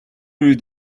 үед